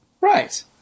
Right